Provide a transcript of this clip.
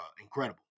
incredible